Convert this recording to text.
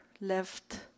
left